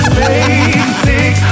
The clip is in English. basic